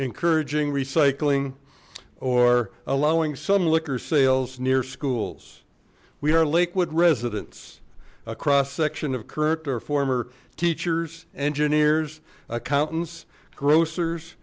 encouraging recycling or allowing some liquor sales near schools we are lakewood residents a cross section of current or former teachers engineers accountants grocers